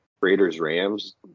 Raiders-Rams